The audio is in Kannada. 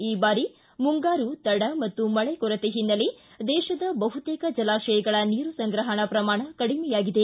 ಈ ಬಾರಿ ಮುಂಗಾರು ತಡ ಮತ್ತು ಮಳೆ ಕೊರತೆ ಓನ್ನೆಲೆ ದೇಶದ ಬಹುತೇಕ ಜಲಾಶಯಗಳ ನೀರು ಸಂಗ್ರಪಣಾ ಪ್ರಮಾಣ ಕಡಿಮೆಯಾಗಿದೆ